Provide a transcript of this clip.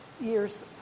years